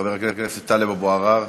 חבר הכנסת טלב אבו עראר.